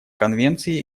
конвенции